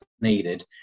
needed